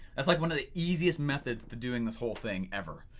that's like one of the easiest methods to doing this whole thing ever.